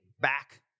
back